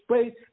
space